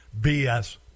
BS